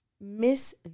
miss